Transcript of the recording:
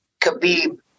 Khabib